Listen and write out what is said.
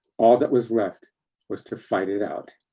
all that was left was to fight it out.